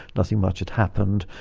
nothing much had happened.